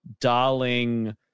darling